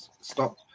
stop